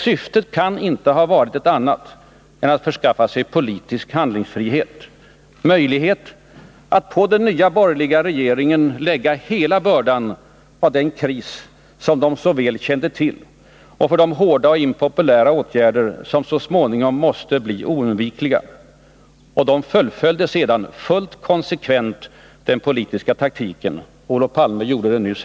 Syftet kan inte ha varit något annat än att skaffa sig politisk handlingsfrihet, möjlighet att på den nya borgerliga regeringen lägga hela bördan av den kris som de så väl kände till och för de hårda och impopulära åtgärder som så småningom var oundvikliga. De fullföljde sedan konsekvent den politiska taktiken — Olof Palme demonstrerade detta nyss.